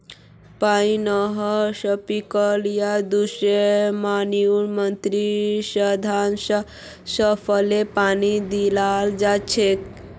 pipe, नहर, sprinkler या दूसरा मानव निर्मित साधन स फसलके पानी दियाल जा छेक